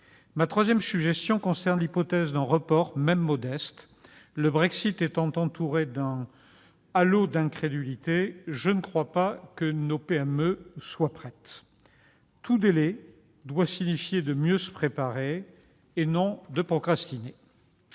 Ma troisième suggestion concerne l'hypothèse d'un report, même modeste. Le Brexit étant entouré d'un halo d'incrédulité, je ne crois pas que nos PME soient prêtes. Tout délai doit signifier de mieux se préparer, et non de procrastiner.